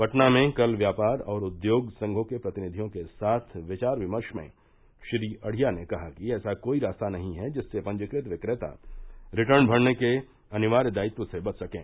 पटना में कल व्यापार और उद्योग संघों के प्रतिनिधियों के साथ विचार विमर्श में श्री अढ़िया ने कहा कि ऐसा कोई रास्ता नहीं है जिससे पंजीकृत विक्रेता रिटर्न भरने के अनिवार्य दायित्व से बच सकें